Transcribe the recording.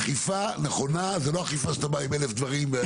אכיפה נכונה זו לא אכיפה שאתה בא עם אלף דברים.